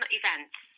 events